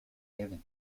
given